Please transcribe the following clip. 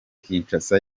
kinshasa